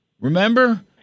Remember